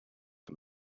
for